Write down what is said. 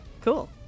cool